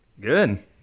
Good